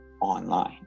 online